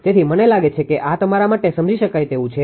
તેથી મને લાગે છે કે આ તમારા માટે સમજી શકાય તેવું છે